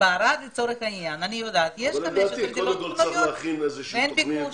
בערד יש דירות פנויות, ואין ביקוש.